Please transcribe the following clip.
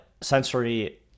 sensory